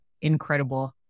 incredible